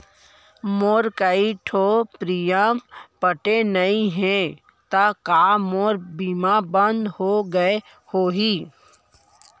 मोर कई ठो प्रीमियम पटे नई हे ता का मोर बीमा बंद हो गए होही?